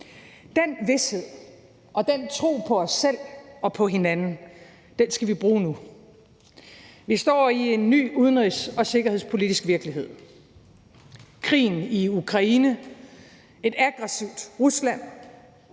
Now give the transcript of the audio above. Den vished og den tro på os selv og hinanden skal vi bruge nu. Vi står i en ny udenrigs- og sikkerhedspolitisk virkelighed. Der er krigen i Ukraine, et aggressivt Rusland,